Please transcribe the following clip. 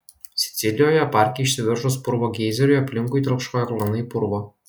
sicilijoje parke išsiveržus purvo geizeriui aplinkui telkšojo klanai purvo